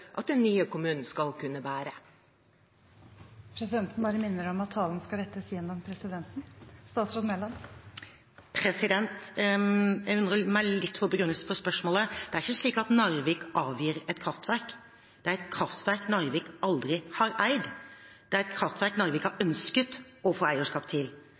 at den nye kommunen skal kunne bære seg? Presidenten vil minne om at all tale skal rettes til presidenten. Jeg undrer meg litt over begrunnelsen for spørsmålet. Det er ikke slik at Narvik avgir et kraftverk – det er et kraftverk Narvik aldri har eid, det er et kraftverk Narvik har ønsket å få eierskap til.